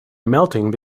melting